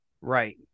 right